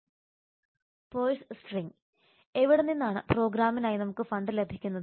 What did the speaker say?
purse string എവിടെനിന്നാണ് പ്രോഗ്രാമിനായി നമുക്ക് ഫണ്ട് ലഭിക്കുന്നത്